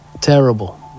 Terrible